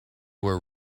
were